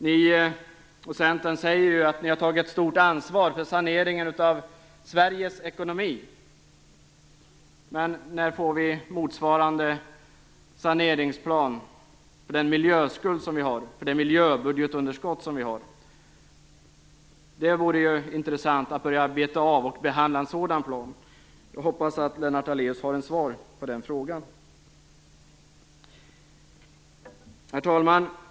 Ni i Centern säger att ni har tagit ett stort ansvar för saneringen av Sveriges ekonomi, men när får vi motsvarande saneringsplan för den miljöskuld vi har, det miljöbudgetunderskott vi har? Det vore intressant att börja beta av och behandla en sådan plan. Jag hoppas att Lennart Daléus har ett svar på den frågan. Herr talman!